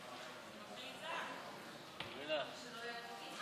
חברי הכנסת המציעים,